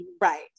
Right